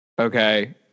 okay